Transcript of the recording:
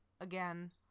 again